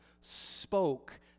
spoke